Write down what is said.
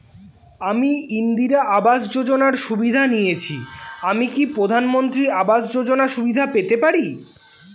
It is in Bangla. আমি ইন্দিরা আবাস যোজনার সুবিধা নেয়েছি আমি কি প্রধানমন্ত্রী আবাস যোজনা সুবিধা পেতে পারি?